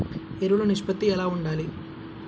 ఎరువులు నిష్పత్తి ఎలా ఉండాలి?